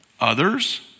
others